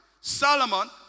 Solomon